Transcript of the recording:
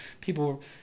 people